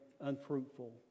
unfruitful